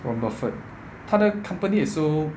warren buffett 他的 company also